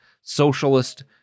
socialist